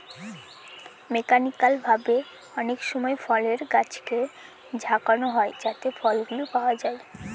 mechanical ভাবে অনেকসময় ফলের গাছকে ঝাঁকানো হয় যাতে ফলগুলো পাওয়া যায়